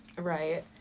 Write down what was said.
right